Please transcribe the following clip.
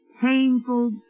painful